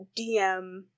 DM